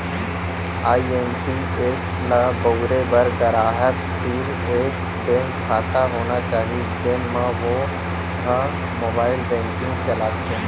IMPS ल बउरे बर गराहक तीर एक बेंक खाता होना चाही जेन म वो ह मोबाइल बेंकिंग चलाथे